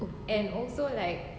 oh